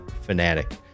fanatic